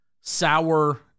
sour